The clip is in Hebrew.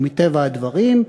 ומטבע הדברים,